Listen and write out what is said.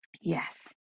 Yes